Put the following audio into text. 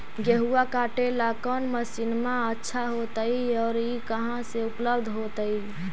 गेहुआ काटेला कौन मशीनमा अच्छा होतई और ई कहा से उपल्ब्ध होतई?